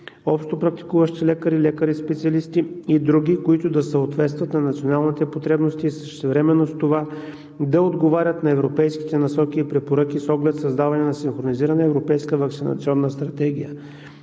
общопрактикуващи лекари, лекари специалисти и други, които да съответстват на националните потребности и същевременно с това да отговарят на европейските насоки и препоръки с оглед създаване на синхронизирана европейска ваксинационна стратегия.